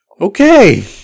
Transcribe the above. okay